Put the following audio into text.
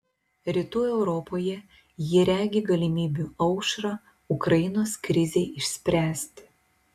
rytų europoje ji regi galimybių aušrą ukrainos krizei išspręsti